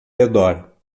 redor